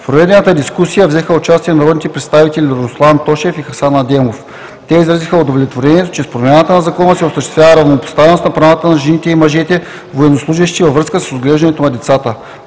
В проведената дискусия взеха участие народни представители Руслан Тошев и Хасан Адемов. Те изразиха удовлетворението, че с промяната на Закона се осъществява равнопоставеност на правата на жените и мъжете военнослужещи във връзка с отглеждането на децата.